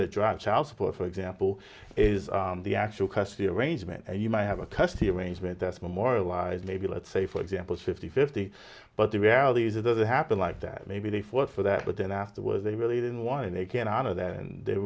that drive child support for example is the actual custody arrangement and you might have a custody arrangement that's memorialized maybe let's say for example fifty fifty but the reality is it doesn't happen like that maybe they fought for that but then afterwards they really didn't want and they can honor that and they